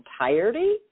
entirety